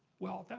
well,